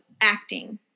acting